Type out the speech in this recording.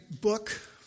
book